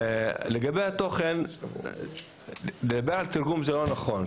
לגבי התוכן לדבר על תרגום זה לא נכון,